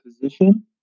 position